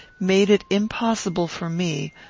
made it impossible for me,